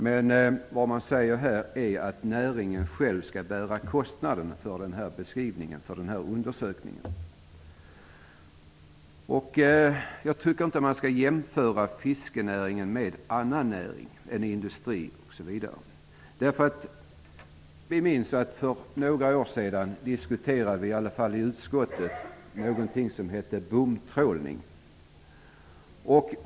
Men här framgår det att näringen självt skall bära kostnaderna för undersökningarna. Jag tycker inte att man skall jämföra fiskerinäringen med andra näringar eller industrier. För några år sedan diskuterade vi i utskottet bomtrålning.